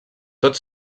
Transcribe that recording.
tot